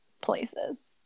places